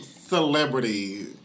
celebrity